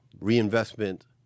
Reinvestment